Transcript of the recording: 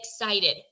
excited